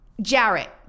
Jarrett